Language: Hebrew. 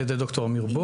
על ידי ד"ר אמיר בור.